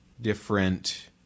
different